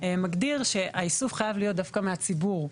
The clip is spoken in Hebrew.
מגדיר שהאיסוף חייב להיות דווקא מהציבור,